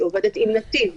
היא עובדת עם נתיב,